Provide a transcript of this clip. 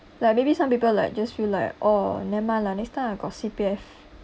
like maybe some people like just feel like oh nevermind lah next time I got C_P_F